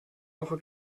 woche